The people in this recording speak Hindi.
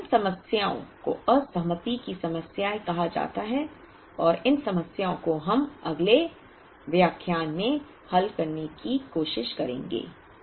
तो इन समस्याओं को असहमति की समस्याएं कहा जाता है और इन समस्याओं को हम अगले व्याख्यान में हल करने की कोशिश करेंगे